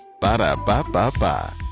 Ba-da-ba-ba-ba